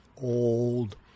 old